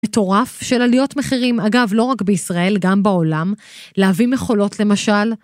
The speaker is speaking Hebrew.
מטורף של עליות מחירים, אגב לא רק בישראל גם בעולם, להביא מכולות למשל